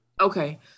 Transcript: okay